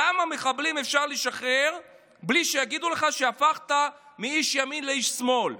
כמה מחבלים אפשר לשחרר בלי שיגידו לך שהפכת מאיש ימין לאיש שמאל,